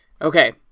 okay